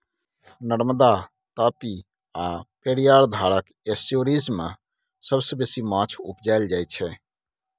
नर्मदा, तापी आ पेरियार धारक एस्च्युरीज मे सबसँ बेसी माछ उपजाएल जाइ छै